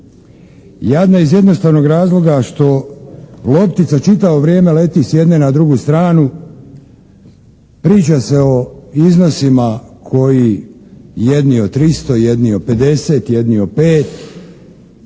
Jadna iz jednostavnog razloga što loptica čitavo vrijeme leti s jedne na drugu stranu, priča se o iznosima koji, jedni o 300, jedni o 50, jedni o 5,